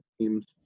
teams